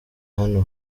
hano